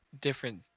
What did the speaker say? different